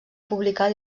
publicar